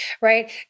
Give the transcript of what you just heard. right